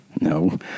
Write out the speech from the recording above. No